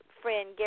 friend